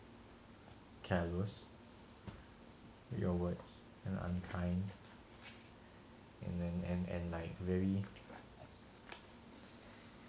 careless your words and unkind and and and and like very